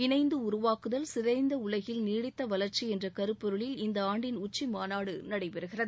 இணைந்து உருவாக்குதல் சிதைந்த உலகில் நீடித்த வளர்ச்சி என்ற கருப்பொருளில் இந்த ஆண்டின் உச்சி மாநாடு நடைபெறுகிறது